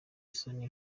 isoni